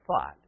thought